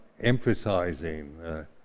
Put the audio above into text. emphasizing